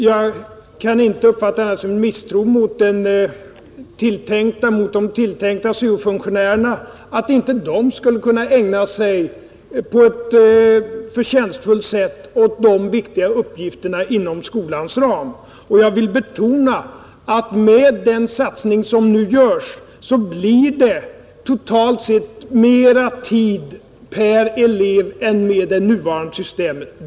Jag kan inte uppfatta det som något annat än misstro mot de tilltänkta syo-funktionärerna när man säger att de inte på ett förtjänstfullt sätt skulle kunna ägna sig åt de viktiga uppgifterna inom skolans ram, Jag vill betona att de med den satsning som görs totalt sett får mera tid till sitt förfogande per elev än med det nuvarande systemet.